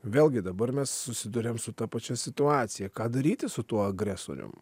vėlgi dabar mes susiduriam su ta pačia situacija ką daryti su tuo agresorium